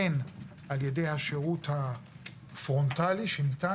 הן על ידי השירות הפרונטלי שניתן